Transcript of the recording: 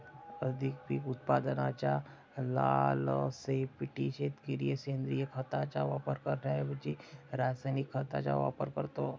अधिक पीक उत्पादनाच्या लालसेपोटी शेतकरी सेंद्रिय खताचा वापर करण्याऐवजी रासायनिक खतांचा वापर करतो